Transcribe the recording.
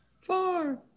Four